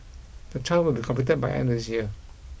the trial will be completed by the end of this year